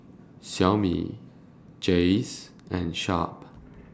Xiaomi Jays and Sharp